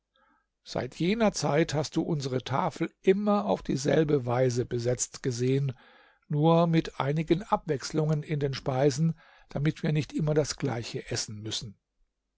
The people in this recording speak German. seit jener zeit hast du unsere tafel immer auf dieselbe weise besetzt gesehen nur mit einigen abwechslungen in den speisen damit wir nicht immer das gleiche essen müssen